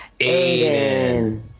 Aiden